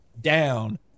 down